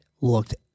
looked